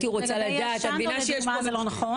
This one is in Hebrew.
לגבי השנדו לדוגמה זה לא נכון.